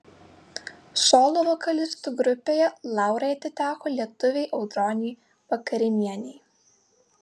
solo vokalistų grupėje laurai atiteko lietuvei audronei vakarinienei